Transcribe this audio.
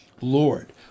lord